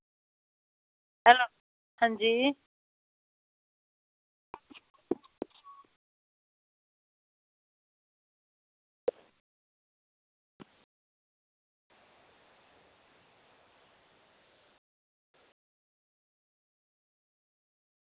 hello अंजी